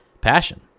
passion